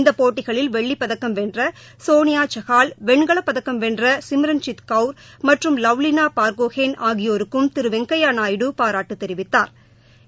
இந்தப் போட்டிகளில் வெள்ளிப்பதக்கம் வென்றசோனியாசஹால் வெண்கலப்பதக்கம் வென்றசிம்ரன்ஜித் கவுர் மற்றும் லவ்லினாபார்கோஹேன் ஆகியோருக்கும் திருவெங்கையாநாயுடு பாராட்டுதெரிவித்தாா்